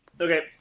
Okay